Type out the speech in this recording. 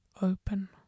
open